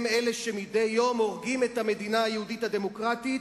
הם אלה שמדי יום הורגים את המדינה היהודית הדמוקרטית,